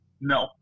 No